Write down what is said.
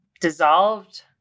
dissolved